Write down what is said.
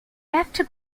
after